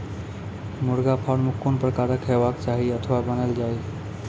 मुर्गा फार्म कून प्रकारक हेवाक चाही अथवा बनेल जाये?